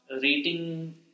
rating